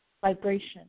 vibration